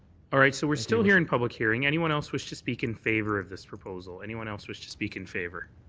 all right. so we're still here in public hearing. anyone else wish to speak in favour of this proposal, anyone else wish to speak in favour?